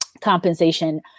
compensation